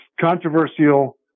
controversial